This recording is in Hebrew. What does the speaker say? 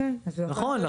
נכון.